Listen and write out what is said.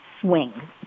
swing